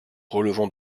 relevant